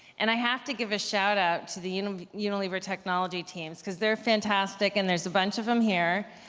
and i have to give a shout out to the unilever technology teams, cuz they're fantastic and there's a bunch of them here.